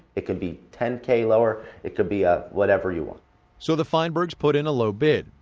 it can be ten k lower. it could be ah whatever you want so the feinbergs put in a low bid.